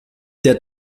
der